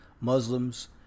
Muslims